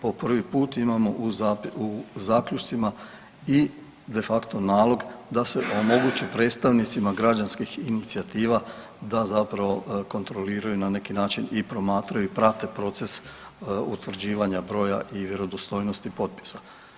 Po prvi put imamo u zaključcima i de facto nalog da se omogući predstavnicima građanskih inicijativa da zapravo kontroliraju na neki način i promatraju i prate proces utvrđivanja broja i vjerodostojnosti potpisa.